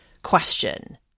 question